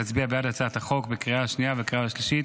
להצביע בעד הצעת החוק בקריאה השנייה ובקריאה השלישית